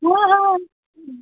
हँ हँ